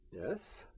yes